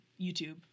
youtube